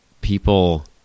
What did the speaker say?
people